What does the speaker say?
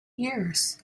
years